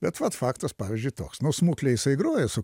bet vat faktas pavyzdžiui toks nu smuklėj jisai groja su